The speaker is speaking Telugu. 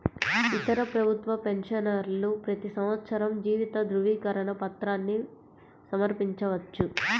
ఇతర ప్రభుత్వ పెన్షనర్లు ప్రతి సంవత్సరం జీవిత ధృవీకరణ పత్రాన్ని సమర్పించవచ్చు